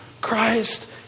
Christ